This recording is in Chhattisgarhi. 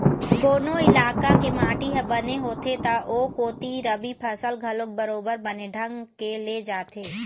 कोनो इलाका के माटी ह बने होथे त ओ कोती रबि फसल घलोक बरोबर बने ढंग के ले जाथे